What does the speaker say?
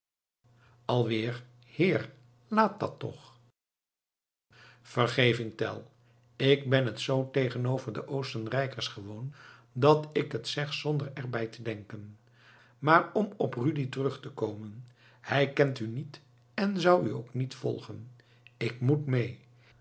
alweer heer laat dat toch vergeving tell ik ben het zoo tegenover de oostenrijkers gewoon dat ik het zeg zonder erbij te denken maar om op rudi terug te komen hij kent u niet en zou u ook niet volgen ik moet mee